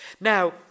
Now